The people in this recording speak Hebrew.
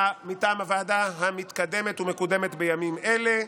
מטעם הוועדה המתקדמת ומקודמת בימים אלה.